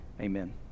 Amen